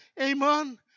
amen